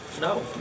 No